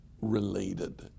related